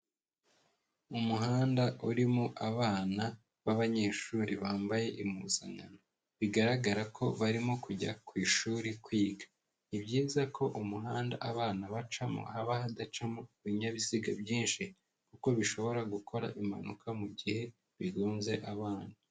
Umuhanda urimo abana b'abanyeshuri bambaye impuzankano, bigaragara ko barimo kujya ku ishuri kwiga, ni byiza ko umuhanda abana bacamo haba hadacamo ibinyabiziga byinshi, kuko bishobora gukora impanuka mu gihe bigonze abana.